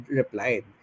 replied